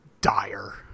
dire